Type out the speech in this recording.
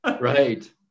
Right